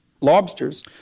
Lobsters